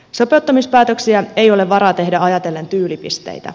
sopeuttamispäätöksiä ei ole varaa tehdä ajatellen tyylipisteitä